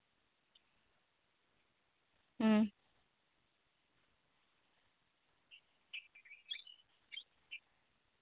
ᱦᱩᱸ